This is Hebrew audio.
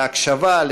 להקשבה,